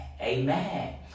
Amen